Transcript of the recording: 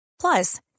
Plus